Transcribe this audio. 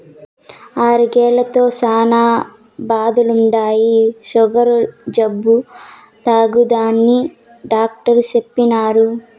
అరికెలతో శానా లాభాలుండాయి, సుగర్ జబ్బు తగ్గుతాదని డాట్టరు చెప్పిన్నారు